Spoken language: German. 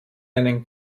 einen